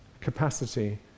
capacity